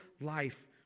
life